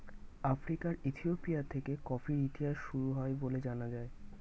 আফ্রিকার ইথিওপিয়া থেকে কফির ইতিহাস শুরু হয় বলে জানা যায়